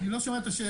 אני לא שומע את השאלה.